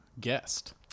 guest